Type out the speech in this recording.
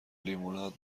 لیموناد